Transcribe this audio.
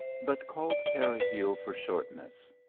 but called peregil for shortness.